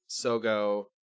Sogo